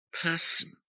person